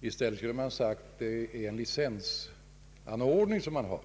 I stället skulle man ha sagt att det är en licensanordning.